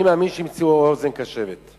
אני מאמין שהם ימצאו אוזן קשבת.